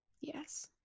yes